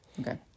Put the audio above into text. Okay